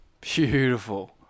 Beautiful